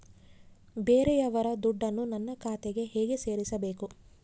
ಬೇರೆಯವರ ದುಡ್ಡನ್ನು ನನ್ನ ಖಾತೆಗೆ ಹೇಗೆ ಸೇರಿಸಬೇಕು?